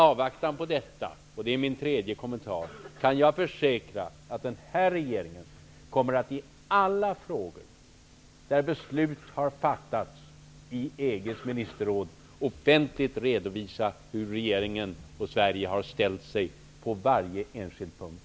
För det tredje: I avvaktan på detta kan jag försäkra att den nuvarande regeringen i alla frågor där beslut har fattats i EG:s ministerråd kommer att offentligt redovisa hur regeringen och Sverige har ställt sig på varje enskild punkt.